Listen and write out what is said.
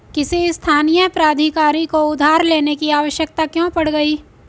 किसी स्थानीय प्राधिकारी को उधार लेने की आवश्यकता क्यों पड़ गई?